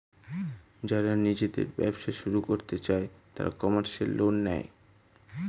যারা নিজেদের ব্যবসা শুরু করতে চায় তারা কমার্শিয়াল লোন নেয়